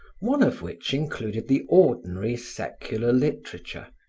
one of which included the ordinary, secular literature,